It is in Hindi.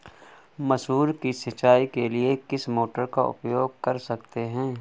मसूर की सिंचाई के लिए किस मोटर का उपयोग कर सकते हैं?